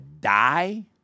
die